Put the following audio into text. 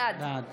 בעד